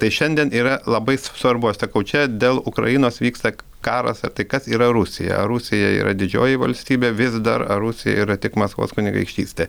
tai šiandien yra labai svarbu aš sakau čia dėl ukrainos vyksta karas ar tai kas yra rusija rusija yra didžioji valstybė vis dar ar rusija yra tik maskvos kunigaikštystė